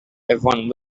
everyone